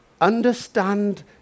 Understand